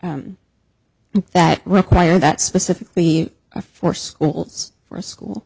that require that specifically for schools for school